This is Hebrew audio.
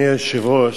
אדוני היושב-ראש,